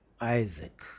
Isaac